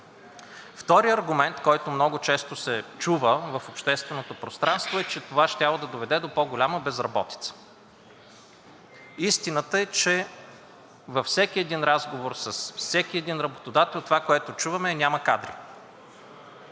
Вторият аргумент, който много често се чува в общественото пространство, е, че това щяло да доведе до по-голяма безработица. Истината е, че във всеки един разговор с всеки един работодател, това, което чуваме е: „Няма кадри.“